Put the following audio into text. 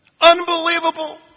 Unbelievable